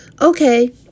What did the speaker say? Okay